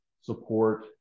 support